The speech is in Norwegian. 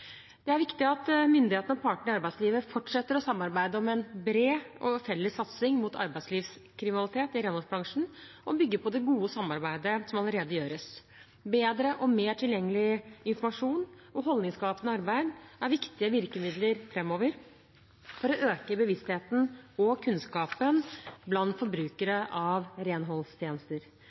Det er viktig at myndighetene og partene i arbeidslivet fortsetter å samarbeide om en bred og felles satsing mot arbeidslivskriminalitet i renholdsbransjen og bygger på det gode arbeidet som allerede gjøres. Bedre og mer tilgjengelig informasjon og holdningsskapende arbeid er viktige virkemidler framover for å øke bevisstheten og kunnskapen blant forbrukere av renholdstjenester.